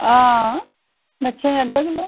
हां मर्चां अद्धा किलो